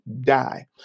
die